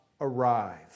arrive